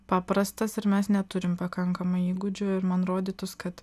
paprastas ir mes neturim pakankamai įgūdžių ir man rodytųs kad